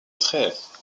trèves